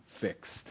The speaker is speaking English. fixed